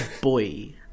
boy